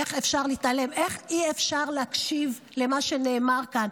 איך אי אפשר להקשיב למה שנאמר כאן.